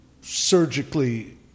surgically